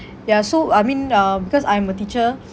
ya so I mean uh because I'm a teacher